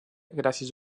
gràcies